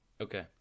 Okay